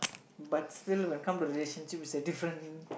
but still when come to relationship it's a different